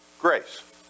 grace